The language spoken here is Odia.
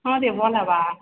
ହଁ ଯେ ଭଲ ହେବା